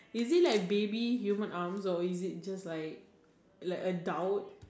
is it like baby human arms or is it just like like adults